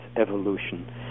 evolution